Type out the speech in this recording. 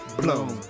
blown